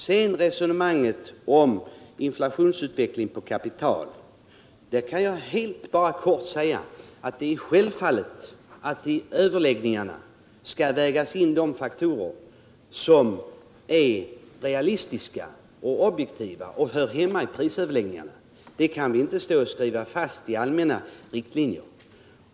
Beträffande resonemanget om inflationsutveckling på kapital kan jag helt kort säga: Det är självklart att det i överläggningarna skall vägas in sådana faktorer som är realistiska och objektiva och hör hemma i prisöverläggningarna. Men detta kan inte läggas fast i allmänna riktlinjer.